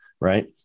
Right